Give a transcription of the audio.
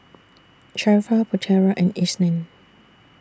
Sharifah Putera and Isnin